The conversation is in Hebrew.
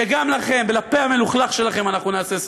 שגם לכם ולפה המלוכלך שלכם אנחנו נעשה סוף.